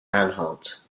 anhalt